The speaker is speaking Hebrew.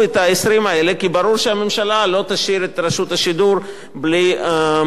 כי ברור שהממשלה לא תשאיר את רשות השידור בלי משאבים לקיום.